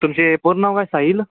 तुमचे पूर्ण नाव काय साहिल